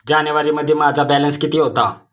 जानेवारीमध्ये माझा बॅलन्स किती होता?